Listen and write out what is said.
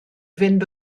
fynd